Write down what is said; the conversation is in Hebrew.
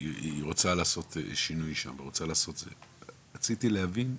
שהיא רוצה לעשות שינוי שם, רציתי להבין,